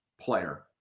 player